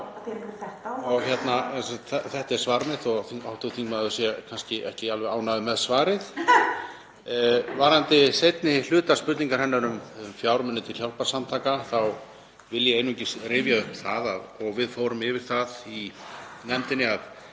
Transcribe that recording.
í.) Þetta er svar mitt þótt hv. þingmaður sé kannski ekki alveg ánægður með svarið. Varðandi seinni hluta spurningar hennar um fjármuni til hjálparsamtaka þá vil ég einungis rifja það upp, og við fórum yfir það í nefndinni, að